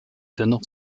dennoch